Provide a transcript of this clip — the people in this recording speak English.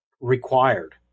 Required